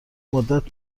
مدت